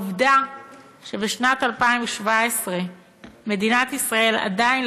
העובדה שבשנת 2017 מדינת ישראל עדיין